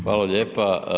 Hvala lijepa.